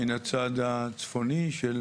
מן הצד הצפוני של